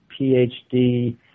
PhD